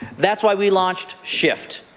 that's why we launched shift,